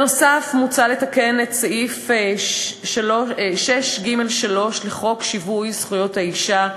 נוסף על כך מוצע לתקן את סעיף 6ג3 לחוק שיווי זכויות האישה,